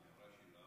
היא אמרה